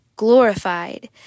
glorified